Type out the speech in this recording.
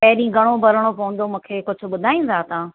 पहिरीं घणो भरिणो पवंदो मूंखे कुझु ॿुधाईंदा तव्हां